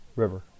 river